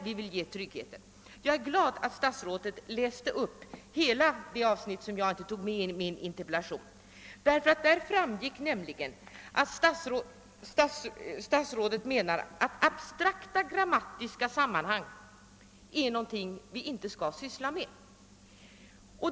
Vi vill ge trygghet på detta område. Jag är glad att statsrådet läste upp hela det avsnitt som jag inte tog med i min interpellation. Det framgick nämligen att statsrådet menar att vi inte skall syssla med abstrakta grammatiska sammanhang.